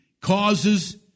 causes